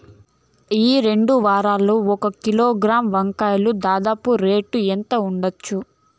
ఈ రెండు వారాల్లో ఒక కిలోగ్రాము వంకాయలు దాదాపు రేటు ఎంత ఉండచ్చు?